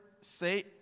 say